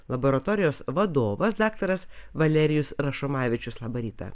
laboratorijos vadovas daktaras valerijus rašomavičius labą rytą